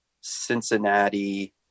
Cincinnati